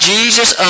Jesus